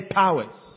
powers